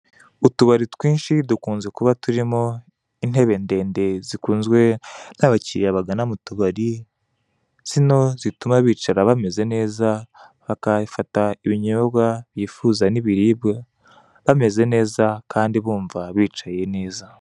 Utubari twinshi dukunze kuba turimo intebe ndende zikunzwe n'abakiriya bagana mu tubari, zino zituma bicara bameze neza, bagafata ibinyobwa bifuza n'ibiribwa , bameze neza, kandi bumva bicaye neza.